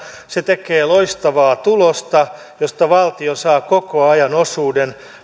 se tekee loistavaa tulosta josta valtio saa koko ajan osuuden